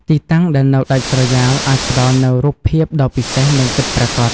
ទីតាំងដែលនៅដាច់ស្រយាលអាចផ្តល់នូវរូបភាពដ៏ពិសេស និងពិតប្រាកដ។